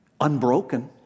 unbroken